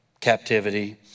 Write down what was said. captivity